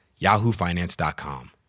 YahooFinance.com